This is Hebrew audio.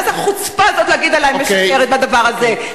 מה זה החוצפה הזאת להגיד עלי: משקרת בדבר הזה?